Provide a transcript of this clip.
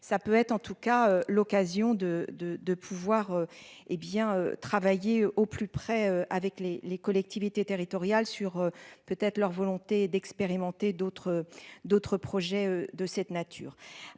ça peut être en tout cas l'occasion de de de pouvoir. Eh bien travailler au plus près avec les, les collectivités territoriales sur peut être leur volonté d'expérimenter d'autres d'autres projets de cette nature.